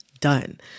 Done